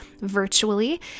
virtually